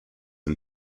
and